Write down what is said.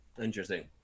Interesting